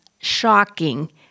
shocking